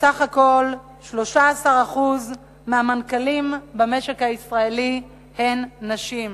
בסך הכול 13% מהמנכ"לים במשק הישראלי הם נשים.